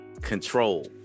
control